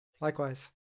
Likewise